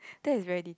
that is very detail